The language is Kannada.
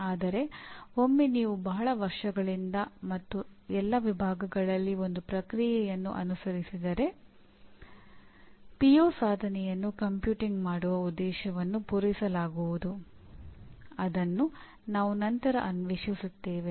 ಆದರೆ ಒಮ್ಮೆ ನೀವು ಬಹಳ ವರ್ಷಗಳಿಂದ ಮತ್ತು ಎಲ್ಲಾ ವಿಭಾಗಗಳಲ್ಲಿ ಒಂದು ಪ್ರಕ್ರಿಯೆಯನ್ನು ಅನುಸರಿಸಿದರೆ ಪಿಒ ಅನ್ನು 3ನೇ ಹಂತದಲ್ಲಿ ತಿಳಿಸಲಾಗಿದೆ ಎಂದು ನಾವು ಪರಿಗಣಿಸುತ್ತೇವೆ